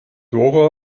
dora